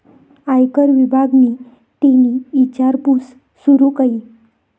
आयकर विभागनि तेनी ईचारपूस सूरू कई